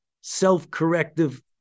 self-corrective